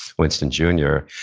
winston junior,